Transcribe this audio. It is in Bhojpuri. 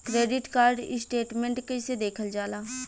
क्रेडिट कार्ड स्टेटमेंट कइसे देखल जाला?